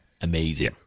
amazing